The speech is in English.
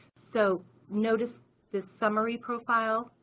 so notice this summary profile,